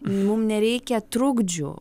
mum nereikia trukdžių